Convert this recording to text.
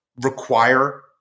require